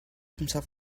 himself